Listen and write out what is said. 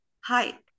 Hi